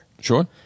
Sure